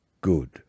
good